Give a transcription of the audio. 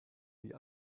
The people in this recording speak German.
wie